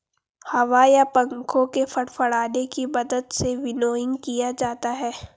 हवा या पंखों के फड़फड़ाने की मदद से विनोइंग किया जाता है